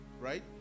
Right